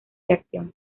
reacción